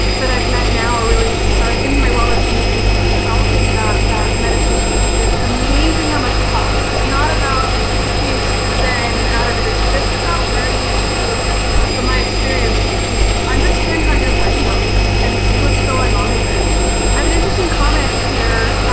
that i've met now or really started in my wellness communities really developing that that meditation thing and it's amazing how much it helps it's not about just being super zen and out of it, it's just about learning too from my experience just understand how your brain works and see what's going on with it i have an interesting comment here